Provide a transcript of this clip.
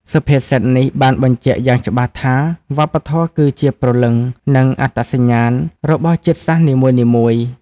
សុភាសិតនេះបានបញ្ជាក់យ៉ាងច្បាស់ថា វប្បធម៌គឺជាព្រលឹង និងអត្តសញ្ញាណ របស់ជាតិសាសន៍នីមួយៗ។